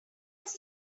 was